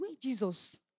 Jesus